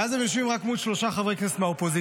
ואז הם יושבים רק מול שלושה חברי כנסת מהאופוזיציה.